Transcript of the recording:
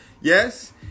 Yes